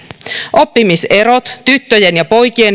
oppimiserot tyttöjen ja poikien